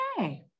Okay